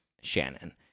Shannon